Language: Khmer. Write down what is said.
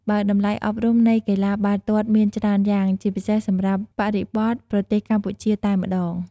បើតម្លៃអប់រំនៃកីឡាបាល់ទាត់មានច្រើនយ៉ាង ជាពិសេសសម្រាប់បរិបទប្រទេសកម្ពុជាតែម្តង។